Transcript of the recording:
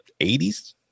80s